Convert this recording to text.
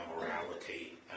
morality